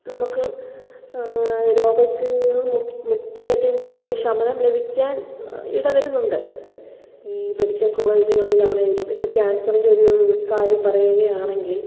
നമുക്ക് രോഗത്തിൽ നിന്നും മുക്തി അല്ലെങ്കിൽ ഒരു ശമനം ലഭിക്കാൻ ഇട വരുന്നുണ്ട് ഈ മെഡിക്കൽ കോളേജുകളിൽ ആണെങ്കിലും ഇപ്പം ക്യാൻസറിൻ്റെ ഒരു കാര്യം പറയുകയാണെങ്കിൽ